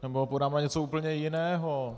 Nebo ho podám na něco úplně jiného.